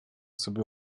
собі